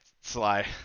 Sly